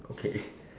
okay